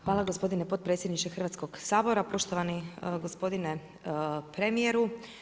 Hvala gospodine potpredsjedniče Hrvatskog sabora, poštovani gospodine premijeru.